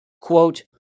Quote